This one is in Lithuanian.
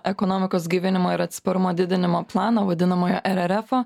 ekonomikos gaivinimo ir atsparumo didinimo plano vadinamojo ererefo